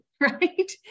right